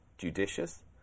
judicious